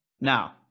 Now